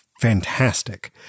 fantastic